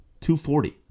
240